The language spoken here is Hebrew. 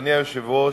אדוני היושב-ראש,